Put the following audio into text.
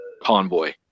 Convoy